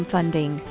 Funding